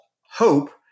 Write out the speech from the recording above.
hope